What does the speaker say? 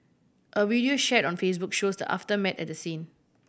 a video shared on Facebook shows the aftermath at the scene